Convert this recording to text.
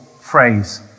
phrase